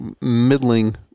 middling